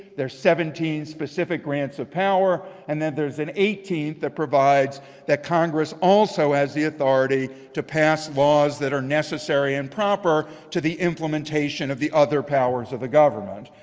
there's seventeen specific grants of power. and then there's an eighteenth that provides that congress also has the authority to pass laws that are necessary and proper to the implementation of the other powers of the government.